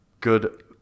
Good